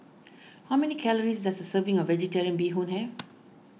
how many calories does a serving of Vegetarian Bee Hoon have